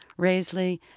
Raisley